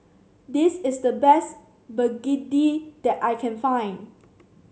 this is the best begedil that I can find